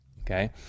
Okay